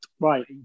right